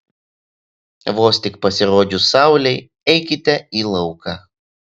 vos tik pasirodžius saulei eikite į lauką